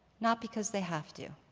not because they have to.